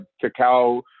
cacao